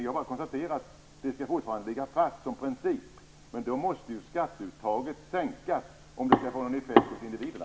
Jag konstaterar bara att det fortfarande skall ligga fast som princip. Då måste ju skatteuttaget sänkas om det skall få någon effekt hos individerna.